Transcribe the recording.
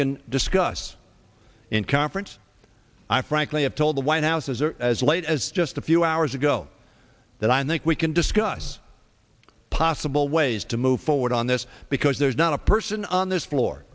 can discuss in conference i frankly have told the white house's or as late as just a few hours ago that i think we can discuss possible ways to move forward on this because there's not a person on this